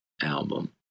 album